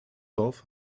dorf